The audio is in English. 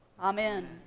Amen